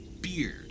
beard